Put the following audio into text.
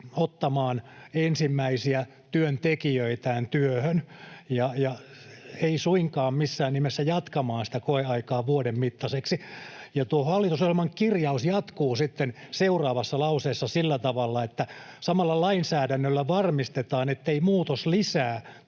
ottamaan ensimmäisiä työntekijöitään työhön, ei suinkaan missään nimessä jatkamaan sitä koeaikaa vuoden mittaiseksi. Tuo hallitusohjelman kirjaus jatkuu sitten seuraavassa lauseessa sillä tavalla, että ”samalla lainsäädännössä varmistetaan, ettei muutos lisää